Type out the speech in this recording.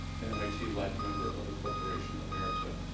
and mit life member of the corporation emerita.